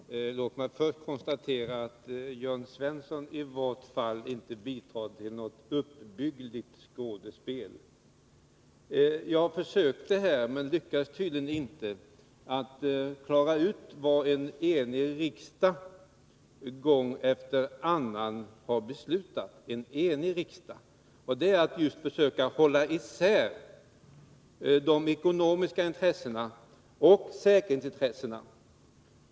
Herr talman! Låt mig först konstatera att i varje fall inte Jörn Svensson bidrar till något uppbyggligt skådespel. Jag försökte — men lyckades tydligen inte — klargöra vad en enig riksdag gång efter annan har beslutat. Det är just att försöka hålla isär de ekonomiska intressena och säkerhetsintressena.